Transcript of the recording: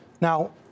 Now